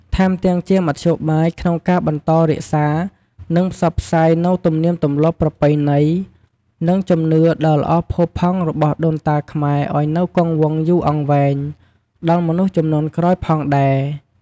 ថែមទាំងជាមធ្យោបាយក្នុងការបន្តរក្សា និងផ្សព្វផ្សាយនូវទំនៀមទម្លាប់ ប្រពៃណី និងជំនឿដ៏ល្អផូរផង់របស់ដូនតាខ្មែរឲ្យនៅគង់វង្សយូរអង្វែងដល់មនុស្សជំនាន់ក្រោយផងដែរ។